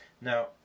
Now